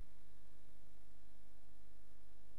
באב